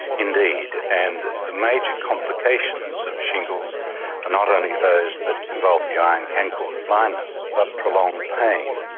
indeed. and the major complications of shingles are not only those that involve the eye and can cause blindness but prolonged pain.